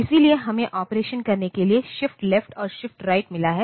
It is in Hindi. इसलिए हमें ऑपरेशन करने के लिए शिफ्ट लेफ्ट और शिफ्ट राइट मिला है